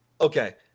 Okay